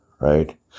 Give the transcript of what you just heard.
right